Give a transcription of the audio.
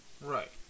Right